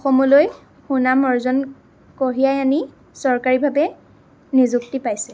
অসমলৈ সুনাম অৰ্জন কঢ়িয়াই আনি চৰকাৰীভাৱে নিযুক্তি পাইছে